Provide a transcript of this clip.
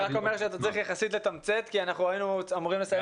אתה צריך יחסית לתמצת כי היינו אמורים לסיים